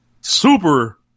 super